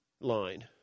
line